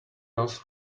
else